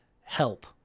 Help